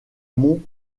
monts